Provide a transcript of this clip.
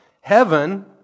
heaven